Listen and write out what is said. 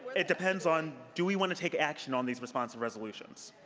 it depends on do we want to take action on these responsive resolutions?